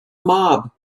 mob